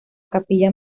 capilla